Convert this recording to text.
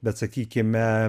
bet sakykime